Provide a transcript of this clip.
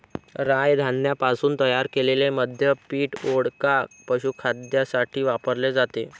राय धान्यापासून तयार केलेले मद्य पीठ, वोडका, पशुखाद्यासाठी वापरले जाते